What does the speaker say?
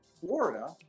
Florida